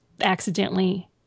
accidentally